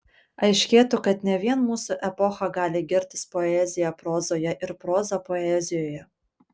aiškėtų kad ne vien mūsų epocha gali girtis poezija prozoje ir proza poezijoje